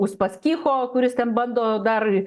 uspaskicho kuris ten bando dar